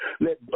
Let